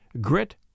grit